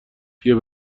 بیا